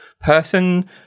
person